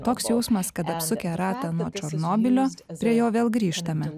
toks jausmas kad apsukę ratą nuo černobylio prie jo vėl grįžtame